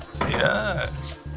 yes